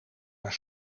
haar